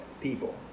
people